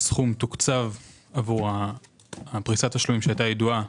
הסכום תוקצב עבור פריסת התשלומים שהייתה ידועה